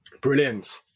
Brilliant